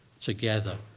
together